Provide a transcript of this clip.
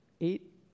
eight